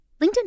LinkedIn